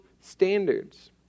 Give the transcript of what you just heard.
standards